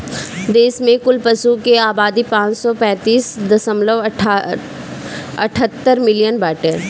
देश में कुल पशु के आबादी पाँच सौ पैंतीस दशमलव अठहत्तर मिलियन बाटे